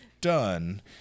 done